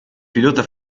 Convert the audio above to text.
pilota